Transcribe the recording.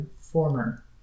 former